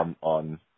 on –